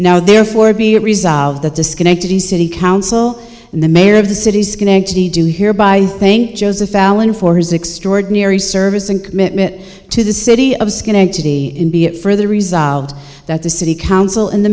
now therefore be it resolved that disconnect to the city council and the mayor of the city schenectady do hereby joseph allen for his extraordinary service and commitment to the city of schenectady be it further resolved that the city council and the